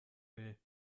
will